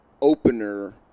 opener